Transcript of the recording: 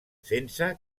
sense